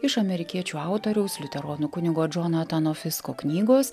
iš amerikiečių autoriaus liuteronų kunigo džonatano fisko knygos